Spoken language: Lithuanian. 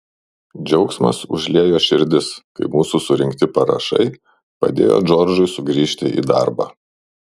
džiaugsmas užliejo širdis kai mūsų surinkti parašai padėjo džordžui sugrįžti į darbą